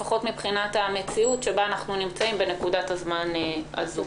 לפחות מבחינת המציאות שבה אנחנו נמצאים בנקודת הזמן הזו.